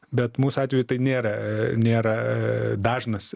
bet mūsų atveju tai nėra nėra dažnas